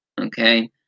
okay